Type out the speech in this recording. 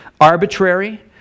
arbitrary